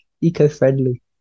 eco-friendly